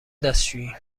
دستشویی